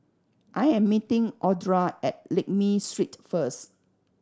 I am meeting Audra at Lakme Street first